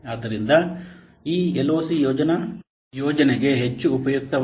ಆದ್ದರಿಂದ ಈ LOC ಯೋಜನಾ ಯೋಜನೆಗೆ ಹೆಚ್ಚು ಉಪಯುಕ್ತವಲ್ಲ